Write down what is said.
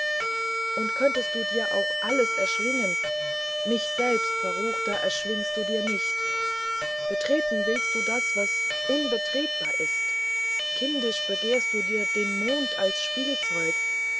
und könntest du dir auch alles erschwingen mich selbst versucher erschwingst du dir nicht betreten willst du was unbetretbar ist kindisch begehrst du dir den mond als spielzeug